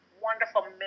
wonderful